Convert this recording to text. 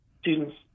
students